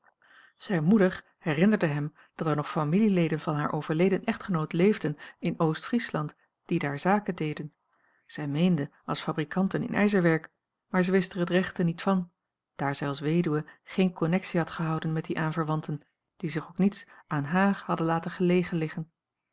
zijne moeder herinnerde hem dat er nog familieleden van haar overleden echtgenoot leefden in oost-friesland die daar zaken deden zij meende als fabrikanten in ijzerwerk maar zij wist er het rechte niet van daar zij als weduwe geene connectie had gehouden met die aanverwanten die zich ook niets aan haar hadden laten gelegen liggen